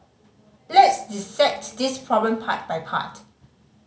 let's dissect this problem part by part